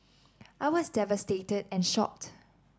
I was devastated and shocked